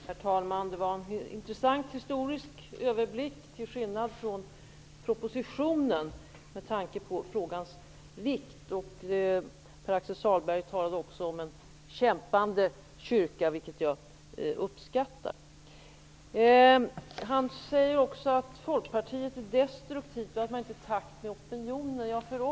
Herr talman! Det var en intressant historisk överblick, till skillnad från propositionen, och det var bra med tanke på frågans vikt. Pär-Axel Sahlberg talade också om en kämpande kyrka, vilket jag uppskattar. Han säger dessutom att Folkpartiet är destruktivt, och att man inte är i takt med opinionen.